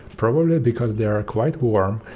probably because they are quite warm.